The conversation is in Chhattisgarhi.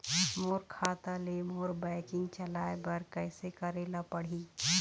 मोर खाता ले मोर बैंकिंग चलाए बर कइसे करेला पढ़ही?